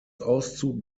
auszug